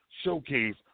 Showcase